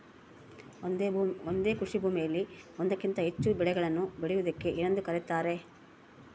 ಒಂದೇ ಕೃಷಿಭೂಮಿಯಲ್ಲಿ ಒಂದಕ್ಕಿಂತ ಹೆಚ್ಚು ಬೆಳೆಗಳನ್ನು ಬೆಳೆಯುವುದಕ್ಕೆ ಏನೆಂದು ಕರೆಯುತ್ತಾರೆ?